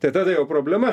tai tada jau problema